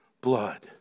blood